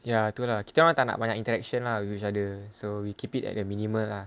ya tu lah kita orang tak nak banyak interaction lah with other so we keep it at the minimal lah